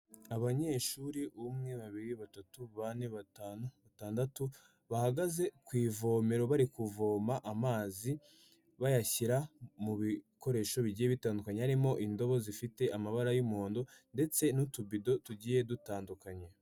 Abanyeshuri, umwe, babiri, batatu, bane, batanu, batandatu, bahagaze ku ivomero bari kuvoma amazi bayashyira mu bikoresho bigiye bitandukanye, harimo indobo zifite amabara y'umuhondo ndetse n'utubido tugiye dutandukanye.